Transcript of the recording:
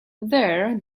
there